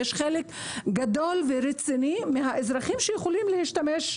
חלק גדול מהאזרחים יכולים להשתמש,